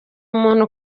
umuntu